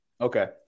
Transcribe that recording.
Okay